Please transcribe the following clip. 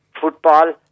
football